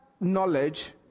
knowledge